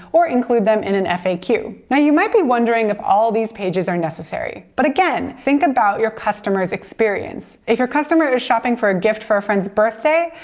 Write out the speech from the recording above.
or include them in an faq. you know you might be wondering whether all of these pages are necessary. but again, think about your customer's experience. if your customer is shopping for a gift for a friend's birthday,